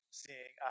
seeing